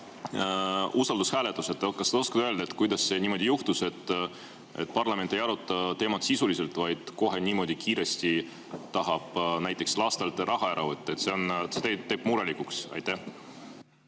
usaldushääletused. Kas te oskate öelda, kuidas niimoodi juhtus, et parlament ei aruta teemat sisuliselt, vaid niimoodi kiiresti tahab näiteks lastelt raha ära võtta? See teeb murelikuks. Aitäh!